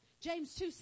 James